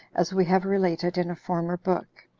as we have related in a former book.